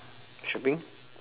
shopping